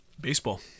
baseball